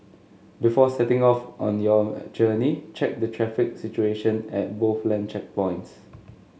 before setting off on your journey check the traffic situation at both land checkpoints